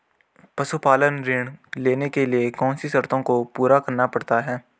पशुपालन ऋण लेने के लिए कौन सी शर्तों को पूरा करना पड़ता है?